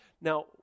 Now